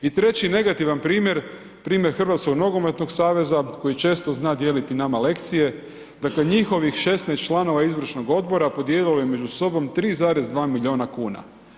I treći negativan primjer, primjer Hrvatskog nogometnog saveza koji često zna dijeliti nama lekcije, dakle njihovih 16 članova izvršnog odbora podijelilo je među sobom 3,2 milijuna kuna.